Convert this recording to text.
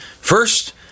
first